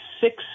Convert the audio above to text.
six